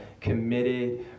committed